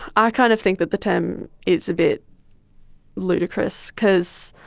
i kind of think that the term is a bit ludicrous because